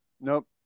Nope